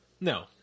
No